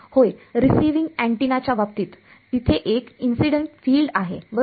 होय रिसीव्हिंग अँटिनाच्या बाबतीत तिथे एक इंसिडन्ट फिल्ड आहे बरोबर